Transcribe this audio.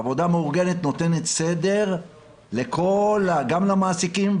עבודה מאורגנת נותנת סדר גם למעסיקים,